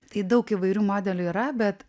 tai daug įvairių modelių yra bet